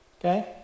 okay